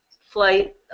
flight